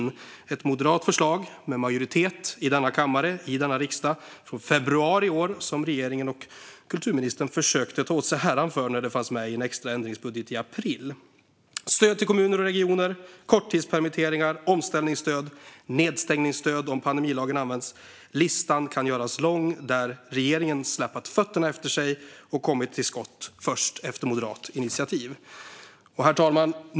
Det var ett moderat förslag som fick majoritet i denna riksdag i februari i år, men som regeringen och kulturministern försökte ta åt sig äran av när det fanns med i en extra ändringsbudget i april. Stöd till kommuner och regioner, korttidspermitteringar, omställningsstöd, nedstängningsstöd om pandemilagen används - listan kan göras lång där regeringen släpat fötterna efter sig och kommit till skott först efter moderat initiativ. Herr talman!